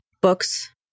books